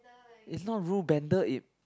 it's not rule bender it